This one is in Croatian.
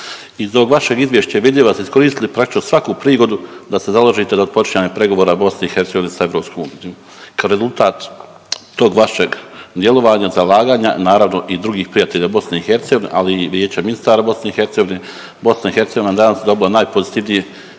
Iz ovog vašeg izvješća je vidljivo da ste iskoristili praktično svaku prigodu da se založite za odpočinjanje pregovora Bosne i Hercegovine s Europskom unijom kao rezultat tog vašeg djelovanja, zalaganja, naravno i drugih prijatelja BIH, ali i Vijeća ministara BIH, Bosna i Hercegovina je danas dobila najpozitivnije